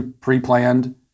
pre-planned